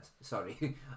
Sorry